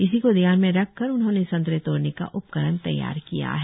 इसी को ध्यान में रखकर उन्होंने संतरे तोड़ने का उपकरण तैयार किया है